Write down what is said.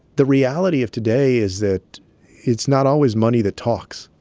the reality of today is that it's not always money that talks.